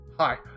Hi